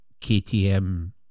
KTM